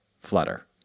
Flutter